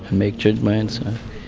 make judgements.